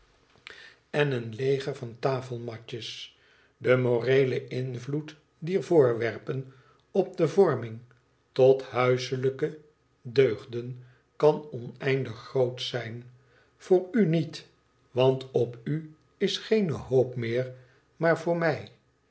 en een leger van tafelmatjes de moreele invloed dier voorwerpen op de vorming tot huiselijke deugden kan oneindig groot zijn j voor u niet want op u is geene hoop meer maar voor mij